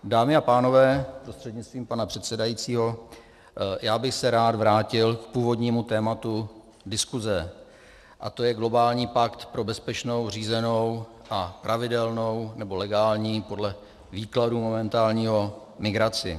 Dámy a pánové, prostřednictvím pana předsedajícího, já bych se rád vrátil k původnímu tématu diskuse a tím je globální pakt pro bezpečnou, řízenou a pravidelnou nebo legální, podle momentálního výkladu migraci.